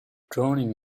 drowning